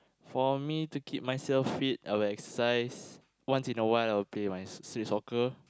for me to keep myself fit I will exercise once in awhile I will play my street soccer